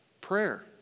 Prayer